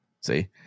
See